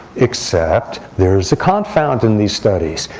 except there's a confound in these studies,